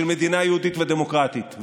של מדינה יהודית ודמוקרטית.